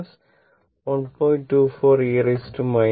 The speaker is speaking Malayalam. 24 e t milliampere